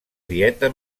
dieta